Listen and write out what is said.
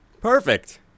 perfect